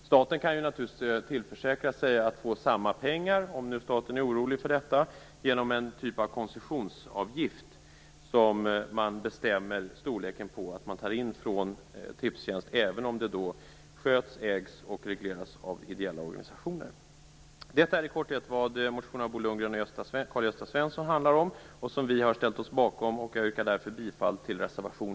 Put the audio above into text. Staten kan naturligtvis tillförsäkra sig att få lika mycket pengar, om nu staten är orolig för detta, genom att bestämma storleken på en typ av koncessionsavgift som man tar in från Tipstjänst även om det sköts, ägs och regleras av ideella organisationer. Detta är i korthet vad motionen av Bo Lundgren och Karl-Gösta Svenson handlar om och som vi har ställt oss bakom. Jag yrkar därför bifall till reservation